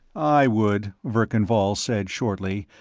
i would, verkan vall said shortly,